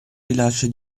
rilascio